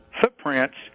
footprints